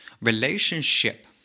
relationship